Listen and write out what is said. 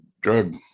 drug